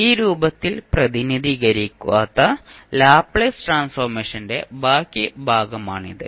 ഈ രൂപത്തിൽ പ്രതിനിധീകരിക്കാത്ത ലാപ്ലേസ് ട്രാൻസ്ഫോർമേഷന്റെ ബാക്കി ഭാഗമാണിത്